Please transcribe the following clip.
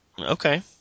Okay